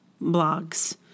blogs